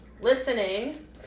listening